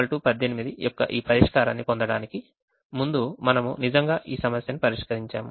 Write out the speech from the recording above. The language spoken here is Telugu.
Z 18 యొక్క ఈ పరిష్కారాన్ని పొందడానికి ముందు మనము నిజంగా ఈ సమస్యను పరిష్కరించాము